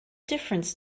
difference